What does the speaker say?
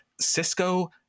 Cisco